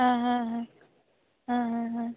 आं आं आं आं आं आं